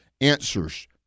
answers